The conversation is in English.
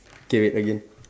K wait again